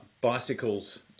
bicycles